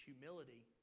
humility